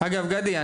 אגב גדי,